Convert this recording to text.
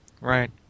Right